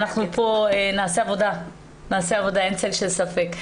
אנחנו פה נעשה עבודה, אין צל של ספק.